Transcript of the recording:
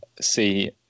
see